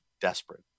desperate